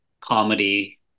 comedy